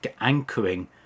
anchoring